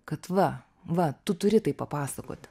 kad va va tu turi tai papasakot